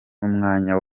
n’umwanya